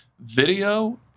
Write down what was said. Video